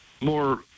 more